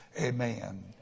amen